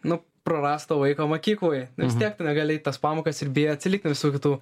nu prarasto laiko mokykloj vis tiek tu negali eit į tas pamokas ir bijai atsilikt nuo visų kitų